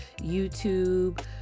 YouTube